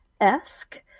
esque